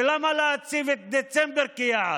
ולמה להציב את דצמבר כיעד?